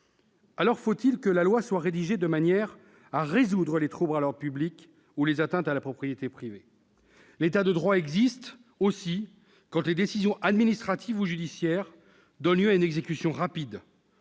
lors que la loi soit rédigée de manière à résoudre les troubles à l'ordre public ou les atteintes à la propriété privée. L'État de droit existe quand les décisions administratives ou judiciaires donnent lieu à une exécution rapide.